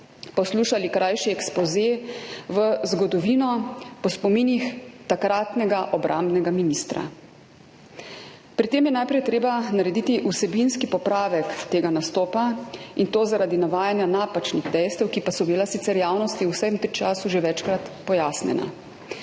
poslušali krajši ekspoze o zgodovini po spominih takratnega obrambnega ministra. Pri tem je najprej treba narediti vsebinski popravek tega nastopa, in to zaradi navajanja napačnih dejstev, ki pa so bila sicer javnosti v vsem tem času že večkrat pojasnjena.